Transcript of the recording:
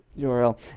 url